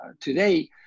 today